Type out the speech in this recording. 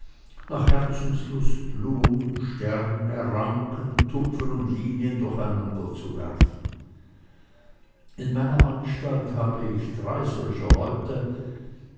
nach herzenslust blumen sterne ranken tupfen und linien durcheinanderzuwerfen in meiner anstalt habe ich drei solcher leute